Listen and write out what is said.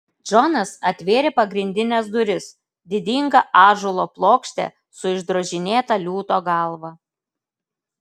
džonas atvėrė pagrindines duris didingą ąžuolo plokštę su išdrožinėta liūto galva